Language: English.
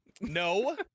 No